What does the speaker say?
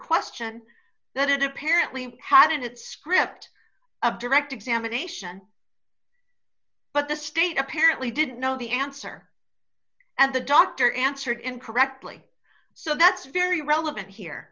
question that it apparently had in its script a direct examination but the state apparently didn't know the answer and the doctor answered incorrectly so that's very relevant here